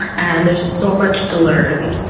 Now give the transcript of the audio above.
and there's so much to learn.